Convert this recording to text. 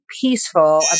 peaceful